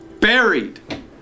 Buried